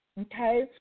okay